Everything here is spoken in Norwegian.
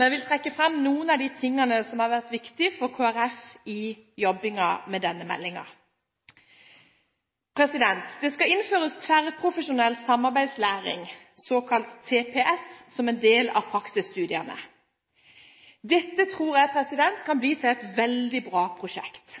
men vil trekke fram noen av de tingene som har vært viktig for Kristelig Folkeparti i arbeidet med denne meldingen. Det skal innføres tverrprofesjonell samarbeidslæring, såkalt TPS, som en del av praksisstudiene. Dette tror jeg kan bli et veldig bra prosjekt.